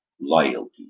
Loyalty